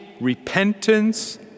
repentance